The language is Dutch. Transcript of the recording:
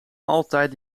altijd